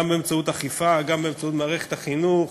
גם באמצעות אכיפה, גם באמצעות מערכת החינוך.